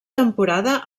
temporada